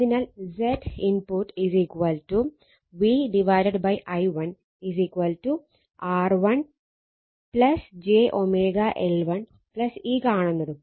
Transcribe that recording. അതിനാൽ Z input V i1 R1 j L1 ഈ കാണുന്നതും